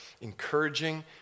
Encouraging